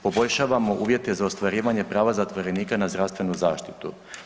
Poboljšavamo uvjete za ostvarivanje prava zatvorenika na zdravstvenu zaštitu.